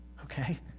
Okay